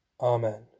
Amen